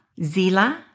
Zila